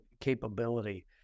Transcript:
capability